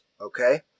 Okay